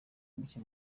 muke